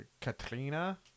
Katrina